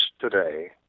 today